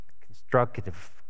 constructive